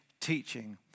teaching